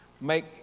make